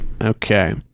okay